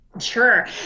Sure